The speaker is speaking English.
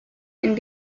and